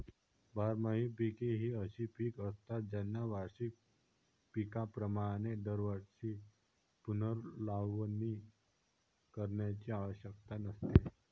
बारमाही पिके ही अशी पिके असतात ज्यांना वार्षिक पिकांप्रमाणे दरवर्षी पुनर्लावणी करण्याची आवश्यकता नसते